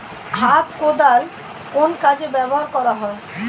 হাত কোদাল কোন কাজে ব্যবহার করা হয়?